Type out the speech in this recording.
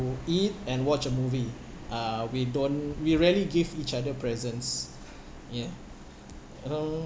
eat and watch a movie uh we don't we rarely give each other presents ya mmhmm